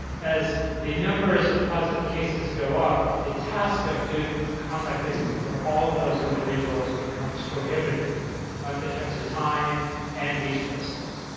as the numbers of positive cases go up, the task of doing contact tracing for all those individuals becomes prohibitive both in terms of time and resources.